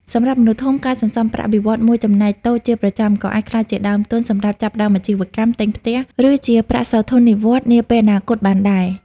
សម្រាប់មនុស្សធំ ការសន្សំប្រាក់បៀវត្សរ៍មួយចំណែកតូចជាប្រចាំ ក៏អាចក្លាយជាដើមទុនសម្រាប់ចាប់ផ្តើមអាជីវកម្ម ទិញផ្ទះ ឬជាប្រាក់សោធននិវត្តន៍នាពេលអនាគតបានដែរ។